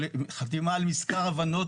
חתימה על מזכר הבנות,